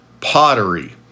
pottery